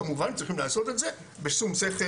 כמובן צריכים לעשות את זה בשום שכל